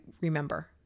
remember